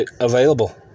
available